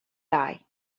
die